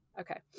Okay